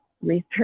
Research